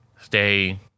stay